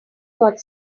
got